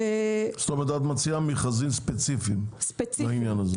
כלומר מכרזים ספציפיים לעניין.